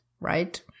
right